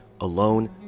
Alone